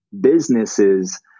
businesses